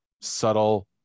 subtle